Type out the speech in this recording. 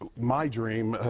ah my dream,